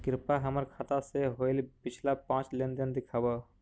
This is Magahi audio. कृपा हमर खाता से होईल पिछला पाँच लेनदेन दिखाव